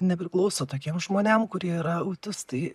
nepriklauso tokiem žmonėm kurie yra autistai